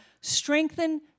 strengthen